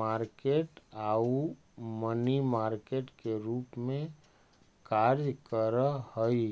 market आउ money market के रूप में कार्य करऽ हइ